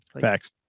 Facts